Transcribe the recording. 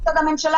הממשלה,